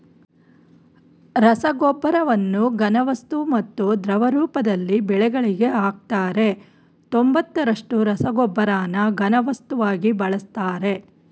ರಸಗೊಬ್ಬರವನ್ನು ಘನವಸ್ತು ಮತ್ತು ದ್ರವ ರೂಪದಲ್ಲಿ ಬೆಳೆಗಳಿಗೆ ಹಾಕ್ತರೆ ತೊಂಬತ್ತರಷ್ಟು ರಸಗೊಬ್ಬರನ ಘನವಸ್ತುವಾಗಿ ಬಳಸ್ತರೆ